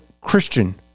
Christian